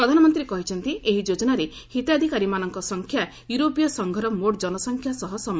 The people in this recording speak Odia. ପ୍ରଧାନମନ୍ତ୍ରୀ କହିଛନ୍ତି ଏହି ଯୋଜନାରେ ହିତାଧିକାରୀମାନଙ୍କ ସଂଖ୍ୟା ୟୁରୋପୀୟ ସଂଘର ମୋଟ ଜନସଂଖ୍ୟା ସହ ସମାନ